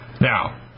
Now